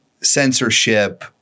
censorship